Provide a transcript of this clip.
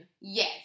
yes